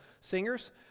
Singers